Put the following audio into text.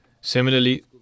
Similarly